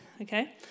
okay